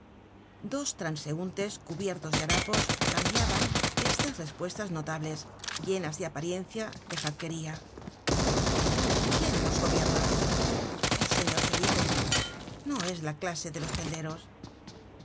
dos transeuntes cubiertos de harapos cambiaban estas respuestas notables llenas de apariencia de jacqueria quién nos gobierna el señor felipe no es la clase de los tenderos